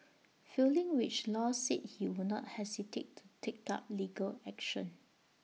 failing which law said he would not hesitate to take up legal action